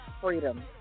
Freedom